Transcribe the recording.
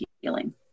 healing